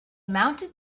mounted